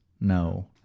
no